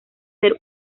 ser